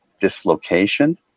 dislocation